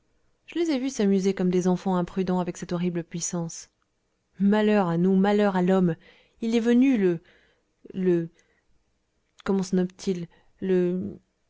je les ai vus s'amuser comme des enfants imprudents avec cette horrible puissance malheur à nous malheur à l'homme il est venu le le comment se nomme t il le